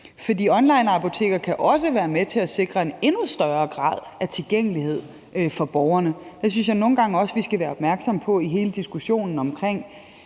for onlineapoteker kan også være med til at sikre en endnu større grad af tilgængelighed for borgerne. Det synes jeg at vi nogle gange skal være opmærksomme på i hele diskussionen omkring